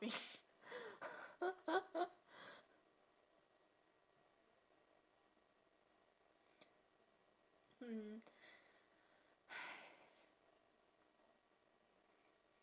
~ing mm !hais!